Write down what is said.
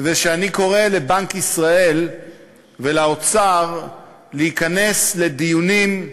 ואני קורא לבנק ישראל ולאוצר להיכנס לדיונים,